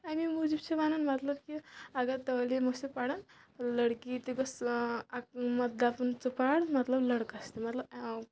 اَمے موٗجوٗب چھِ وَنان مطلب کہ اگر تعلیٖم ٲسِو پَرن لٔڑکی تہِ گٔژھ مطلب دَپُن ژٕ پَر مطلب لٔڑکَس تہِ مطلب